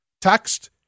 text